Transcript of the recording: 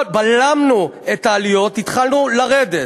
בלמנו את העליות, התחלנו לרדת.